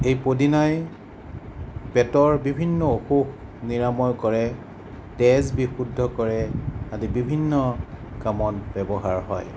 এই পদিনাই পেটৰ বিভিন্ন অসুখ নিৰাময় কৰে তেজ বিশুদ্ধ কৰে আদি বিভিন্ন কামত ব্যৱহাৰ হয়